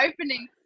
opening